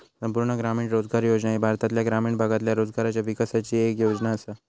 संपूर्ण ग्रामीण रोजगार योजना ही भारतातल्या ग्रामीण भागातल्या रोजगाराच्या विकासाची येक योजना आसा